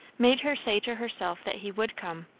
made her say to herself that he would come.